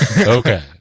Okay